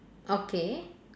okay